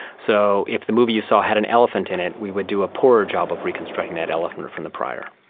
so if the movie you saw had an elephant in it we would do a poorer job of reconstructing that elephant from the prior.